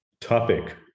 topic